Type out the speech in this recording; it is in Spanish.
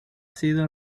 sido